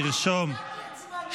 לצורך הכנתה לקריאה הראשונה.